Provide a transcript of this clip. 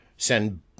send